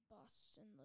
Boston